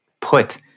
put